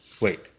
wait